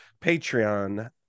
Patreon